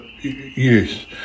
Yes